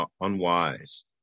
unwise